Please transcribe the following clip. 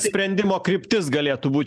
sprendimo kryptis galėtų būt